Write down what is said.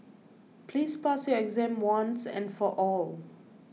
please pass your exam once and for all